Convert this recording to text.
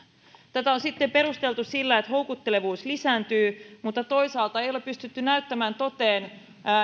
tätä on sitten perusteltu sillä että houkuttelevuus lisääntyy mutta toisaalta ei ole pystytty näyttämään toteen